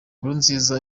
nkurunziza